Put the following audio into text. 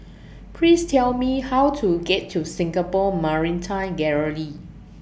Please Tell Me How to get to Singapore Maritime Gallery